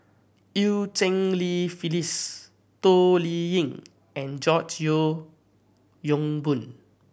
Eu Cheng Li Phyllis Toh Liying and George Yeo Yong Boon